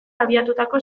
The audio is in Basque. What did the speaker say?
abiatutako